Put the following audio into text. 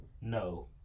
No